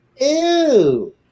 Ew